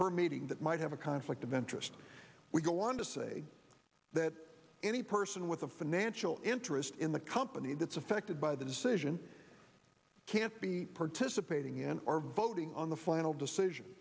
meeting that might have a conflict of just we go on to say that any person with a financial interest in the company that's affected by the decision can't be participating in our voting on the final decision